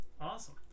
Awesome